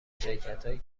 شرکتهایی